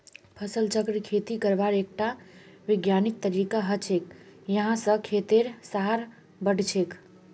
फसल चक्र खेती करवार एकटा विज्ञानिक तरीका हछेक यहा स खेतेर सहार बढ़छेक